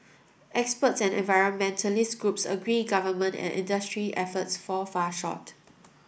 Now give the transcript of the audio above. experts and environmentalist groups agree government and industry efforts fall far short